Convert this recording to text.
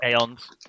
aeons